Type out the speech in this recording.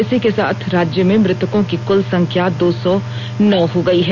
इसी के साथ राज्य में मृतकों की कुल संख्या दो सौ नौ हो गई है